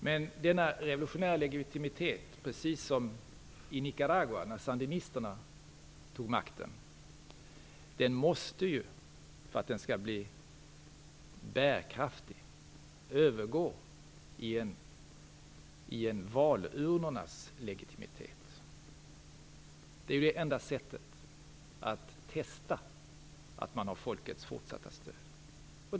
Men denna revolutionära legitimitet måste ju, precis som i Nicaragua när sandinisterna tog makten, för att bli bärkraftig övergå i en valurnornas legitimitet. Det är det enda sättet att testa att man har folkets fortsatta stöd.